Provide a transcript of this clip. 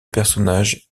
personnages